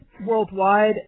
Worldwide